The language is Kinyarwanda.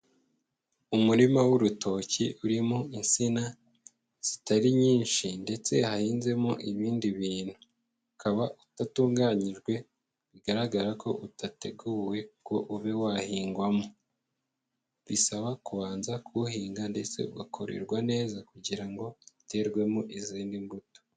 Umurima w'urutoki urimo insina zitari nyinshi ndetse hahinzemo ibindi bintu, ukaba udatunganyijwe, bigaragara ko udateguwe ngo ube wahingwamo, bisaba kubanza kuwuhinga ndetse ugakorerwa neza kugira ngo uterwemo izindi mbuto.